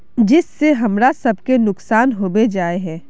जिस से हमरा सब के नुकसान होबे जाय है?